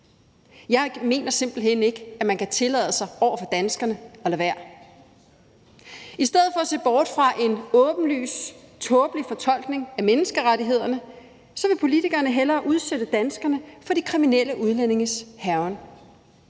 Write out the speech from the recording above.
Jeg mener simpelt hen ikke, at man kan tillade sig over for danskerne at lade være. I stedet for at se bort fra en åbenlyst tåbelig fortolkning af menneskerettighederne vil politikerne hellere udsætte danskerne for de kriminelle udlændinges hærgen.